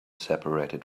separated